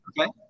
Okay